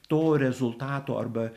to rezultato arba